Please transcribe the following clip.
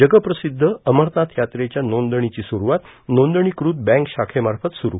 जगप्रसिद्ध अमरनाथ यात्रेच्या नोंदणीची सुरूवात नोंदणीकृत बँक शाखेमार्फत सुरू